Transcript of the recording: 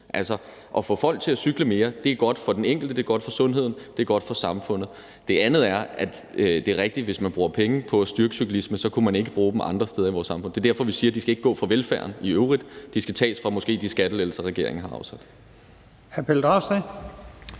og at få folk til at cykle mere er godt for den enkelte, det er godt for sundheden, og det er godt for samfundet. Det andet er, og det er rigtigt, at hvis man bruger penge på at styrke cyklisme, så kunne man ikke bruge dem andre steder i vores samfund. Det er derfor, vi siger, at de ikke skal gå fra velfærden i øvrigt. Det skal måske tages fra de skattelettelser, regeringen har afsat. Kl. 14:12 Første